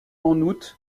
août